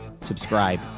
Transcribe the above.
subscribe